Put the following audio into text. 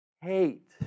hate